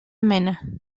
mena